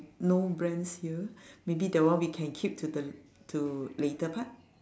no brands here maybe that one we can keep to the to later part